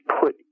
put